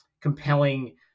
compelling